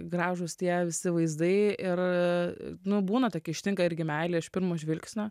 gražūs tie visi vaizdai ir nu būna tokia ištinka irgi meilė iš pirmo žvilgsnio